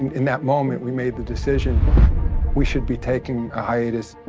in that moment, we made the decision we should be taking ah hiatus.